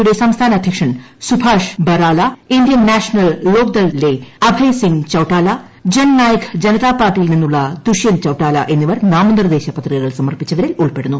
യുടെ സംസ്ഥാന അധ്യക്ഷൻ സുഭാഷ് ബരാല ഇന്ത്യൻ നാഷണൽ ലോക്ദൾ ലെ അഭയ് സിംഗ് ചൌട്ടാല ജൻനായക്ക് ജനതാ പാർട്ടിയിൽ നിന്നുള്ള ദുഷ്യന്ത് ചൌട്ടാല എന്നിവർ നാമനിർദ്ദേശ പത്രികകൾ സമർപ്പിച്ചവരിൽ ഉൾപ്പെടുന്നു